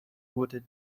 wurde